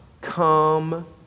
come